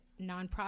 nonprofit